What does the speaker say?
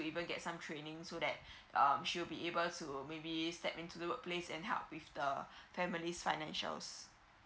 even get some training so that um she will be able to maybe step into the workplace and help with the families financial